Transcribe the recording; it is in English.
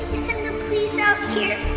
police out here?